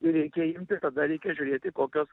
ir reikia imti tada reikia žiūrėti kokios